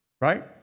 right